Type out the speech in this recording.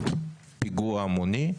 פיגוע המוני,